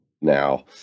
now